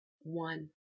one